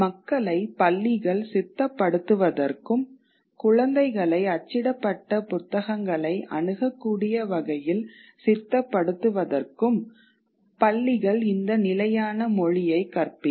மக்களை பள்ளிகள் சித்தப்படுத்துவதற்கும் குழந்தைகளை அச்சிடப்பட்ட புத்தகங்களை அணுகக்கூடிய வகையில் சித்தப்படுத்துவதற்கும் இந்த நிலையான மொழியை கற்பிக்கும்